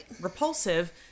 repulsive